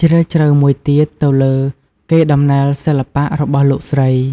ជ្រាលជ្រៅមួយទៀត ទៅលើកេរដំណែលសិល្បៈរបស់លោកស្រី។